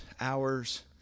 hours